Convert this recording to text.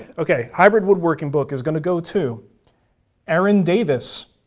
okay, hybrid woodworking book is going to go to aaron davis,